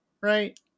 right